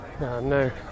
no